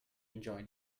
enjoy